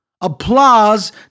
Applause